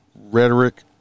rhetoric